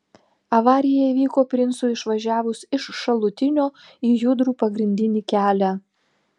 avarija įvyko princui išvažiavus iš šalutinio į judrų pagrindinį kelią